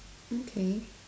okay